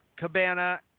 cabana